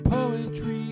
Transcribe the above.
Poetry